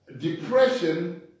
Depression